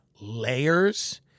layers